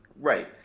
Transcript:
Right